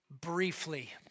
briefly